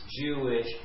Jewish